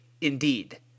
indeed